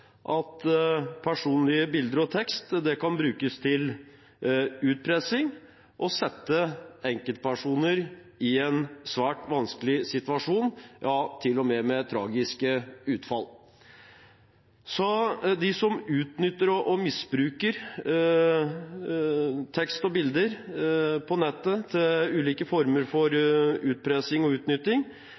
at personlige bilder og tekst kan brukes til utpressing og sette enkeltpersoner i en svært vanskelig situasjon – ja, til og med med tragisk utfall. De som utnytter og misbruker tekst og bilder på nettet til ulike former for utpressing og utnytting,